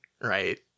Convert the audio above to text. right